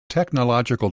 technological